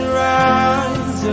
rise